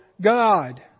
God